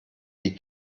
die